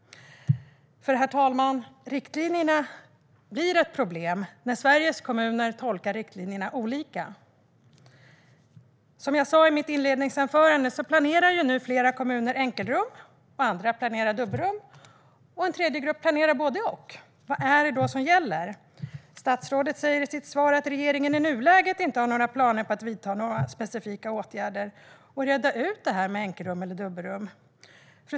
Herr talman! Riktlinjerna blir ett problem när Sveriges kommuner tolkar dem olika. Som jag sa i mitt inledningsanförande planerar nu flera kommuner enkelrum, andra planerar dubbelrum och en tredje grupp planerar både och. Vad är det som gäller? Statsrådet säger i sitt svar att regeringen i nuläget inte har några planer på att vidta specifika åtgärder för att reda ut det här med enkelrum eller dubbelrum.